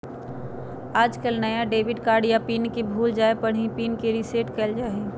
आजकल नया debit card या पिन के भूल जाये पर ही पिन के रेसेट कइल जाहई